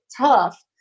tough